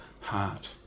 heart